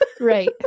Right